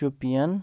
Shopian